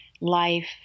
life